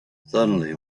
suddenly